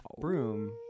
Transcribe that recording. broom